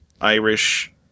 Irish